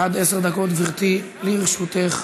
עד עשר דקות, גברתי, לרשותך.